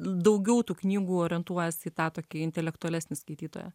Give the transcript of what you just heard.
daugiau tų knygų orientuojasi į tą tokį intelektualesnį skaitytoją